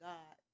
God